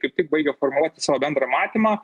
kaip tik baigia formuoti savo bendrą matymą